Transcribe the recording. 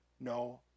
no